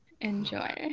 Enjoy